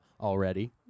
already